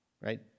Right